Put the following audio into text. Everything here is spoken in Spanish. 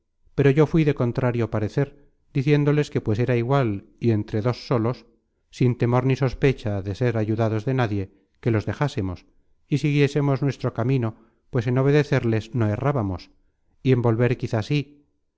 pero yo fui de contrario parecer diciéndoles que pues era igual y entre dos solos sin temor ni sospecha de ser ayudados de nadie que los dejásemos y siguiésemos nuestro camino pues en obedecerles no errábamos y en volver quizá sí